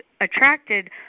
attracted